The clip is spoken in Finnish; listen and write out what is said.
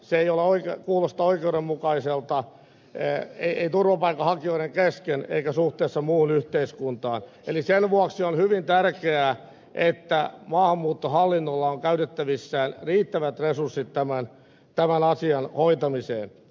se ei kuulosta oikeudenmukaiselta ei turvapaikanhakijoiden kesken eikä suhteessa muuhun yhteiskuntaan eli sen vuoksi on hyvin tärkeää että maahanmuuttohallinnolla on käytettävissään riittävät resurssit tämän asian hoitamiseen